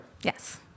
Yes